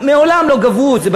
מעולם לא גבו את זה,